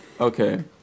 Okay